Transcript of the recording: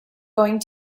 going